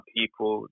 people